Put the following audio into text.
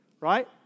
Right